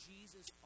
Jesus